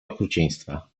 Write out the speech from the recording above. okrucieństwa